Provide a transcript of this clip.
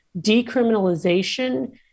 decriminalization